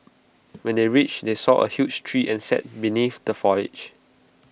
when they reached they saw A huge tree and sat beneath the foliage